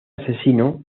asesino